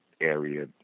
area